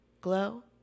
glow